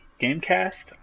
Gamecast